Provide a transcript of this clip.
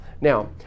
Now